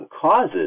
causes